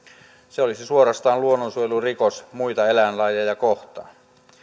se olisi suorastaan luonnonsuojelurikos muita eläinlajeja kohtaan